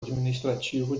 administrativo